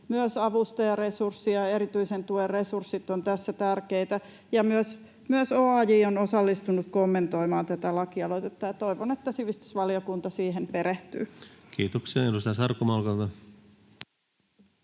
Myös avustajaresurssi ja erityisen tuen resurssit ovat tässä tärkeitä. Myös OAJ on osallistunut tämän lakialoitteen kommentoimiseen, ja toivon, että sivistysvaliokunta siihen perehtyy. [Speech